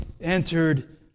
entered